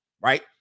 right